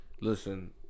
Listen